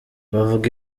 bavuga